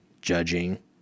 judging